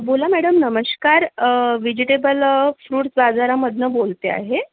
बोला मॅडम नमस्कार vegetable fruit बाजारामधनं बोलते आहे